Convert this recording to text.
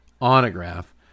autograph